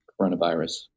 coronavirus